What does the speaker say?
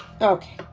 Okay